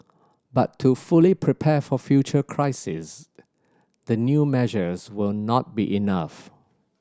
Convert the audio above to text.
but to fully prepare for future crises the new measures will not be enough